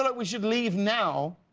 like we should leave now,